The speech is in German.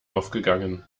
aufgegangen